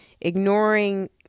ignoring